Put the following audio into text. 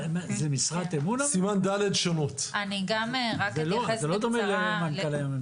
עם סמכויות שבחיים לא היו לרבנות.